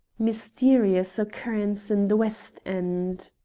mysterious occurrence in the west end.